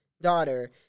daughter